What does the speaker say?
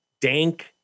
dank